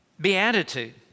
Beatitude